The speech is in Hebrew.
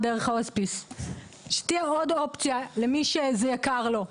ההוספיס; שתהיה עוד אופציה למי שזה יקר לו,